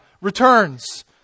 returns